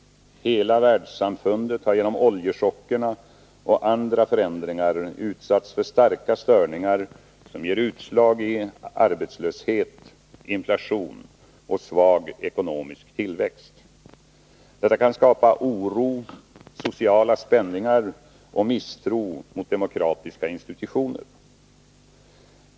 Hela världssamfundet har genom oljechockerna och andra förändringar utsatts för starka störningar, som ger utslag i arbetslöshet, inflation och svag ekonomisk tillväxt. Detta kan skapa oro, sociala spänningar och misstro mot demokratiska institutioner.